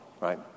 right